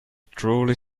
truly